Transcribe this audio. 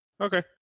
Okay